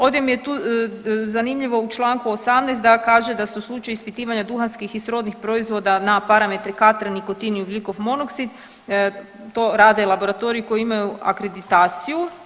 Ovdje mi je tu zanimljivo u čl. 18. da kaže da su slučaj ispitivanja duhanskih i srodnih proizvoda na parametre katran, nikotin i ugljikov monoksid to rade laboratoriji koji imaju akreditaciju.